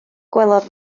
gwelodd